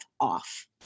off